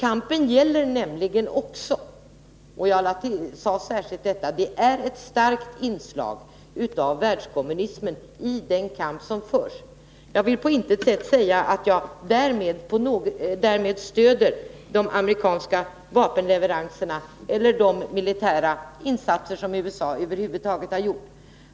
I den kamp som förs finns nämligen också ett starkt inslag av världskommunism. Jag vill på intet sätt säga att jag därmed stöder de amerikanska vapenleveranserna eller de militära insatser som USA över huvud taget gjort.